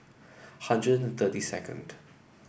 hundred and thirty second